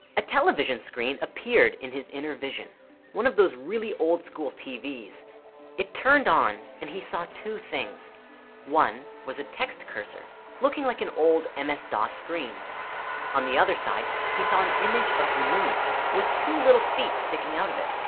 a television screen appeared in his inner vision one of those really old-school tvs so it turned on and he saw two things one was a text cursor looking like an old um ms-dos ah screen on the other side he saw an image of the moon with two little feet sticking out of it.